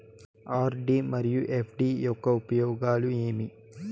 RD మరియు FD యొక్క ఉపయోగాలు ఏమి?